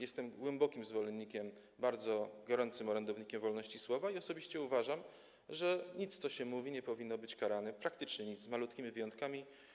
Jestem wielkim zwolennikiem, bardzo gorącym orędownikiem wolności słowa i osobiście uważam, że za nic, co się mówi, nie powinno się być karanym, praktycznie za nic, z malutkimi wyjątkami.